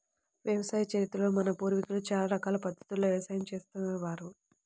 వ్యవసాయ చరిత్రలో మన పూర్వీకులు చాలా రకాల పద్ధతుల్లో వ్యవసాయం చేసే వారు